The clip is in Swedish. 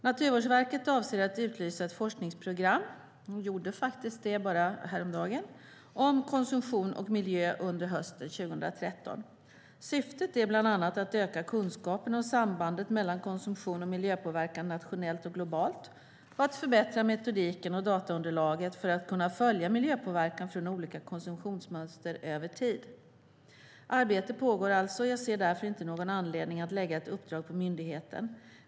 Naturvårdsverket avser att utlysa ett forskningsprogram om konsumtion och miljö under hösten 2013 - de gjorde faktiskt det häromdagen. Syftet är bland annat att öka kunskapen om sambandet mellan konsumtion och miljöpåverkan nationellt och globalt och att förbättra metodiken och dataunderlaget för att kunna följa miljöpåverkan från olika konsumtionsmönster över tid. Arbete pågår alltså, och jag ser därför inte någon anledning att lägga ett uppdrag på myndigheten.